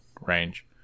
range